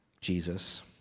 Jesus